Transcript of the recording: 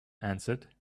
answered